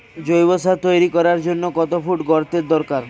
জৈব সার তৈরি করার জন্য কত ফুট গর্তের দরকার?